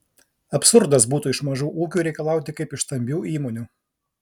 absurdas būtų iš mažų ūkių reikalauti kaip iš stambių įmonių